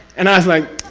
and i was like.